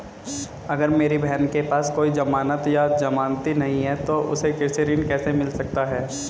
अगर मेरी बहन के पास कोई जमानत या जमानती नहीं है तो उसे कृषि ऋण कैसे मिल सकता है?